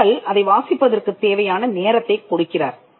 மக்கள் அதை வாசிப்பதற்குத் தேவையான நேரத்தைக் கொடுக்கிறார்